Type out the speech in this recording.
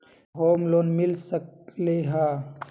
Home loan मिल सकलइ ह?